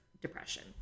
depression